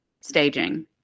staging